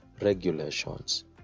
regulations